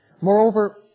Moreover